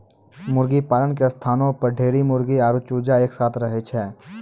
मुर्गीपालन के स्थानो पर ढेरी मुर्गी आरु चूजा एक साथै रहै छै